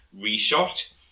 reshot